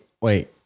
Wait